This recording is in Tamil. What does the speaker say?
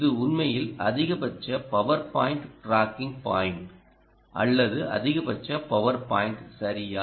இது உண்மையில் அதிகபட்ச பவர் பாயிண்ட் டிராக்கிங் பாயிண்ட் அல்லது அதிகபட்ச பவர் பாயிண்ட் சரியா